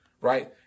Right